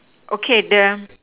okay the